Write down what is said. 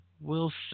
Wilson